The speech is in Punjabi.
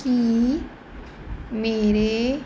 ਕੀ ਮੇਰੇ